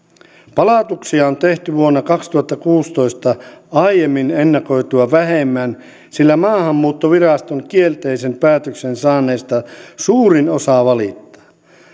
palautuksia on tehty vuonna kaksituhattakuusitoista aiemmin ennakoitua vähemmän sillä maahanmuuttoviraston kielteisen päätöksen saaneista suurin osa valittaa